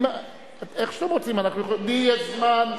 איך שאתם רוצים, לי יש זמן,